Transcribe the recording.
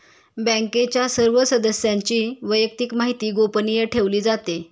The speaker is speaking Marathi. बँकेच्या सर्व सदस्यांची वैयक्तिक माहिती गोपनीय ठेवली जाते